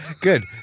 Good